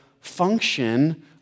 function